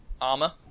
armor